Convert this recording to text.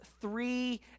three